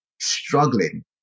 struggling